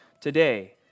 today